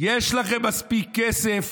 יש לכם מספיק כסף,